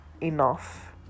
enough